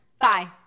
Bye